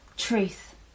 truth